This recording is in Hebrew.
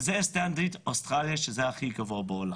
וזה עושה אוסטרליה, שזה הכי גבוה בעולם.